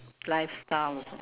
lifestyle